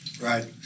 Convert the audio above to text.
Right